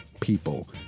people